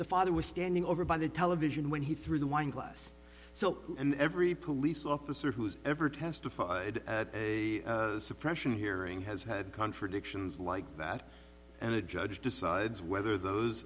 the father was standing over by the television when he threw the wine glass so and every police officer who has ever testified at a suppression hearing has had contradictions like that and the judge decides whether those